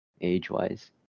age-wise